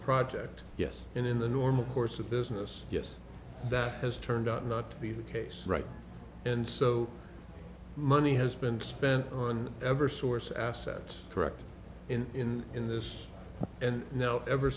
project yes in the normal course of business yes that has turned out not to be the case right and so money has been spent on ever source assets correct in in this and now ever